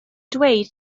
dweud